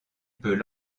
peut